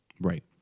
Right